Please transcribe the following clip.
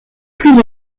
plus